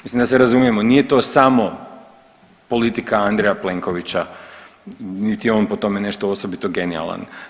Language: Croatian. Mislim da se razumijemo, nije to samo politika Andreja Plenkovića, niti je on po tome nešto osobito genijalan.